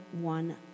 one